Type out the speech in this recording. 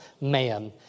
man